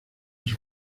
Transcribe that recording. sus